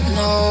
no